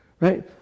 Right